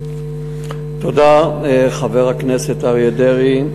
תודה, חבר הכנסת אריה דרעי.